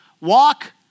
walk